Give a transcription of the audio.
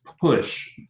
push